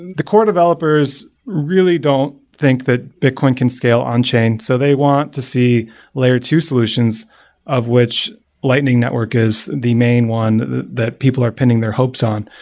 the core developers really don't think that bitcoin can scale on chain, so they want to see layer two solutions of which lightning network is the main one that people are pinning their hopes on.